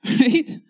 Right